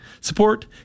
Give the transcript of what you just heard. Support